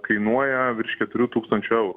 kainuoja virš keturių tūkstančių